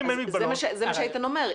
אם אין מגבלות --- זה מה שאיתן אומר.